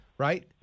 right